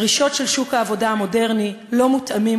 הדרישות של שוק העבודה המודרני לא מותאמות,